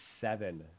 seven